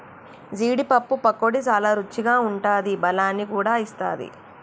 జీడీ పప్పు పకోడీ చాల రుచిగా ఉంటాది బలాన్ని కూడా ఇస్తది